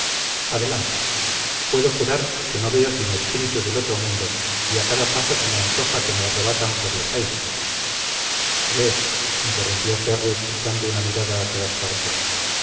adelante puedo jurar que no veo sino espíritus del otro mundo y a cada paso se me antoja que me arrebatan por los aires eh interrumpió ferrus echando una mirada a todas partes